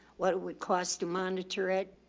what it would cost to monitor it.